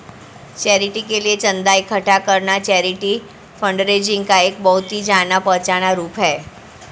charity के लिए चंदा इकट्ठा करना चैरिटी फंडरेजिंग का एक बहुत ही जाना पहचाना रूप है